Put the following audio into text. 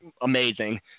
amazing